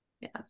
Yes